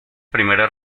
primera